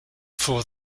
for